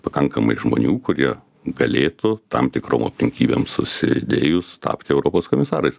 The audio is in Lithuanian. pakankamai žmonių kurie galėtų tam tikrom aplinkybėm susidėjus tapti europos komisarais